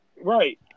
right